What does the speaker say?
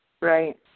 Right